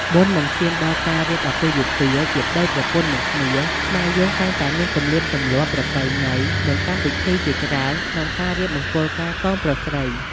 មុននឹងឈានដល់ការរៀបអាពាហ៍ពិពាហ៍ជាប្តីប្រពន្ធនឹងគ្នា ខ្មែរយើងតែងតែមានទំនៀមទំលាប់ ប្រពៃណី និងកម្មវិធីជាច្រើនក្នុងការរៀបមង្គលការកូនប្រុសស្រី។